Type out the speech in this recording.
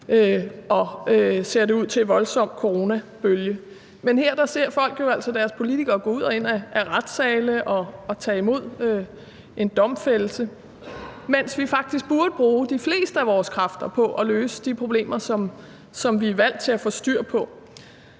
og, ser det ud til, voldsom coronabølge. Men her ser folk jo altså deres politikere gå ind og ud af retssale og tage imod domfældelser, mens vi faktisk burde bruge de fleste af vores kræfter på at løse de problemer, som vi er valgt til at få styr på.